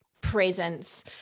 presence